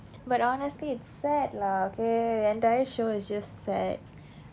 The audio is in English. but honestly it sad lah okay entire show it's just sad